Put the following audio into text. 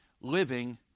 living